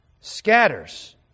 scatters